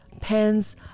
pens